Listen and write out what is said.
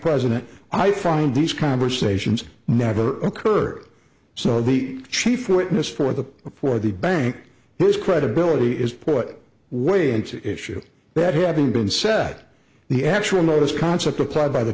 president i find these conversations never occurred so the chief witness for the for the bank his credibility is put way into issue that having been said the actual notice concept applied by the